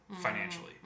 financially